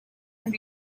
and